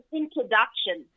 introduction